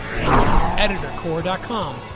EditorCore.com